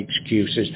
excuses